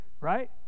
right